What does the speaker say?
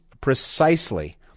precisely